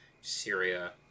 Syria